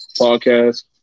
podcast